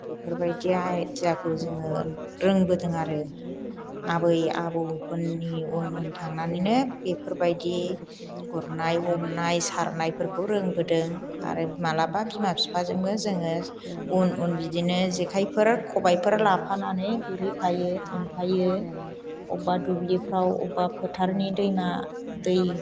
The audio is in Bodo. बेफोरबायदि आयडियाखौ जोङो रोंबोदों आरो आबै आबौमोननि उन उन थांनानैनो बेफोरबायदि गुरनाय हमनाय सारनायफोरखौ रोंबोदों आरो माब्लाबा बिमा बिफाजोंबो जोङो उन उन बिदिनो जेखाइफोर खबायफोर लाफानानै गुरहैफायो थांफायो अबेबा दुब्लिफोराव अबेबा फोथारनि दैमा दै